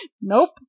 Nope